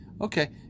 okay